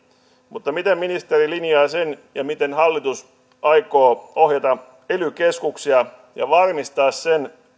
mutta miten ministeri linjaa sen ja miten hallitus aikoo ohjata ely keskuksia ja varmistaa sen